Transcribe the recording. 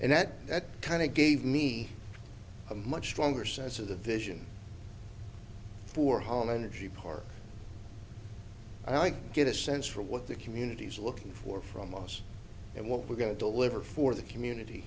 and that kind of gave me a much stronger sense of the vision for home energy part i get a sense for what the communities are looking for from us and what we're going to deliver for the community